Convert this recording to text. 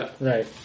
Right